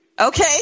Okay